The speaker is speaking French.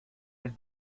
elle